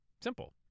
Simple